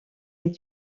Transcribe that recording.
est